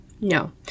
no